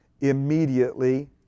immediately